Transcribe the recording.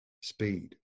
speed